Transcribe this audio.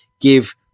Give